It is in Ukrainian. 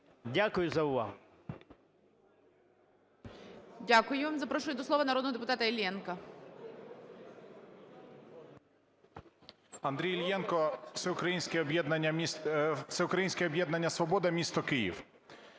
Дякую за увагу.